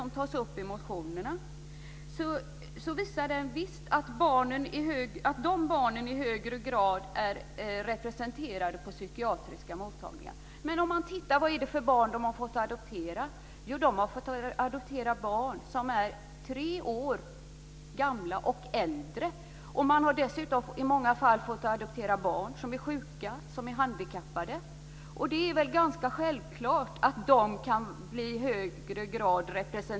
Den visar att dessa barn i högre grad är representerade på psykiatriska mottagningar. Men vad är det för barn som de har fått adoptera? Jo, barn som är tre år gamla och äldre. Dessutom har man i många fall fått adoptera barn som är sjuka och handikappade.